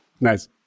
Nice